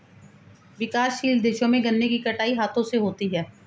विकासशील देशों में गन्ने की कटाई हाथों से होती है